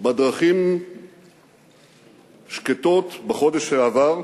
בדרכים שקטות בחודש שעבר,